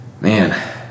Man